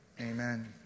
Amen